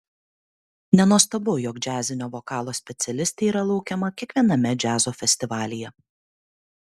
nenuostabu jog džiazinio vokalo specialistė yra laukiama kiekviename džiazo festivalyje